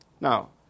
Now